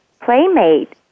playmate